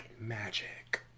Magic